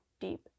deep